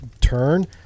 turn